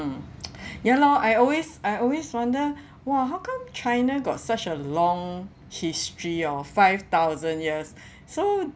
ya lor I always I always wonder !wah! how come china got such a long history of five thousand years so